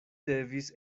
devis